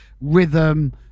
rhythm